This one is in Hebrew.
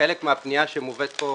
חלק מהפנייה שמובאת פה